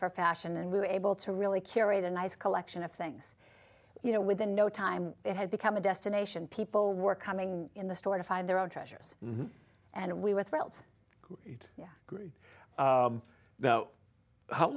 for fashion and we were able to really carried a nice collection of things you know within no time it had become a destination people were coming in the store to find their own treasures and we were thrilled it yeah now how